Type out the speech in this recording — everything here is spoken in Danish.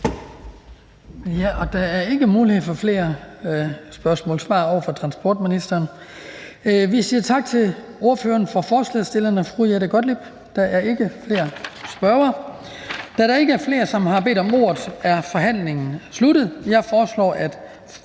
Der er ikke mulighed for flere spørgsmål til transportministeren. Vi siger tak til ordføreren for forslagsstillerne, fru Jette Gottlieb. Der er ikke flere spørgere, og da der ikke er flere, som har bedt om ordet, er forhandlingen sluttet. Jeg foreslår, at